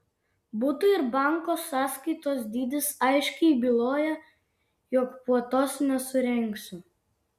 buto ir banko sąskaitos dydis aiškiai byloja jog puotos nesurengsiu